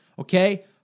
okay